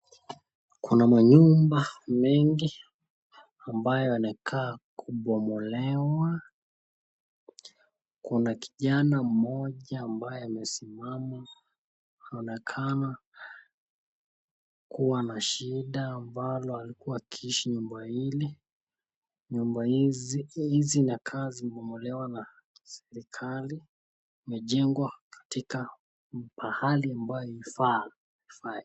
Kuna manyumba mengi ambayo yanakaa kubomolewa. Kuna kijana mmoja ambaye amesimama, anaonekana kuwa na shida ambalo alikuwa akiishi nyumba hili. Nyumba hizi zinakaa zimebomolewa na serikari, imejengwa katika pahali ambayo haifai.